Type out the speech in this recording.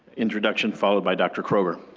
introduction followed by dr. kroger.